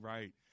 Right